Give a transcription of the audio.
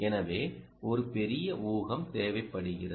எனவே ஒரு பெரிய ஊகம் தேவைப்படுகிறது